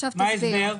עכשיו תסביר.